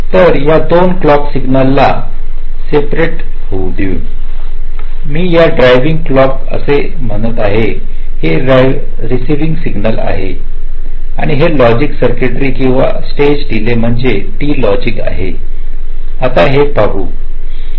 तर या दोन क्लॉक सिग्नल ला सेपरेट देऊ मी याला ड्रायविंग क्लॉकअसे म्हणत आहे हे रेसिइविंग क्लॉकआहे आणि हे लॉजिक सर्कटरी किंवा स्टेज डीले म्हणजे T लॉजिक आहे हे आता पाहूया